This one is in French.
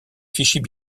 fichiers